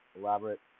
elaborate